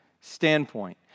standpoint